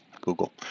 Google